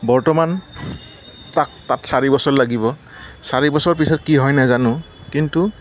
বৰ্তমান তাক তাত চাৰি বছৰ লাগিব চাৰি বছৰৰ পিছত কি হয় নেজানো কিন্তু